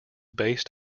based